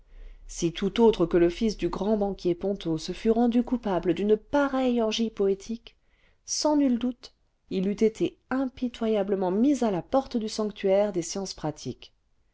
si tout autre que le fils du grand banquier ponto se fût rendu coupable d'une pareille orgie poétique sans nul doute il eût été impitoyablement mis à la porte dusanctuaire des sciences pratiques